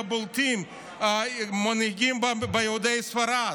מהבולטים במנהיגי יהודי ספרד,